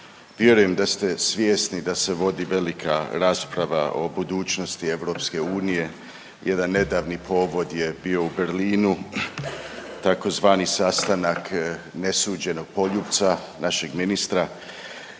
vjerujem da ste svjesni da se vodi velika rasprava o budućnosti EU, jedan nedavni povod je bio u Berlinu, tzv. sastanak nesuđenog poljupca našeg ministra,